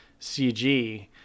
CG